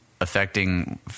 affecting